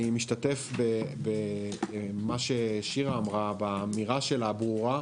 אני משתתף במה ששירה אמרה, באמירה שלה הברורה,